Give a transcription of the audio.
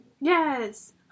Yes